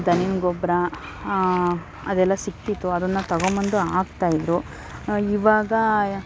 ದನಿನ ಗೊಬ್ಬರ ಅದೆಲ್ಲ ಸಿಗ್ತಿತ್ತು ಅದನ್ನು ತೊಗೊಬಂದು ಹಾಕ್ತಾ ಇದ್ದರು ಇವಾಗ